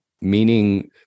meaning